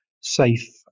safe